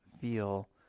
feel